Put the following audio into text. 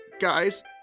guys